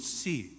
see